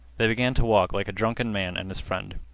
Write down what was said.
they began to walk like a drunken man and his friend.